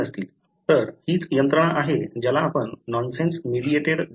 तर हीच यंत्रणा आहे ज्याला आपण नॉनसेन्स मिडिएटेड डिके म्हणतो